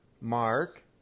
Mark